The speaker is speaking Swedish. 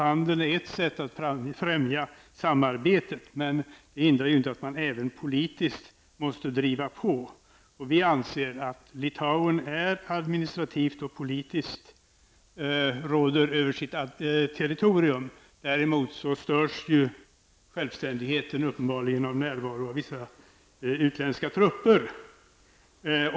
Handel är ett sätt att främja samarbetet, men det hindrar ju inte att man även måste driva på politiskt. Vi anser att Litauen administrativt och politiskt råder över sitt territorium. Däremot störs självständigheten uppenbarligen av närvaron av vissa utländska trupper.